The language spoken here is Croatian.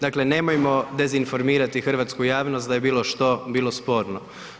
Dakle nemojmo dezinformirati hrvatsku javnost da je bilo što bilo sporno.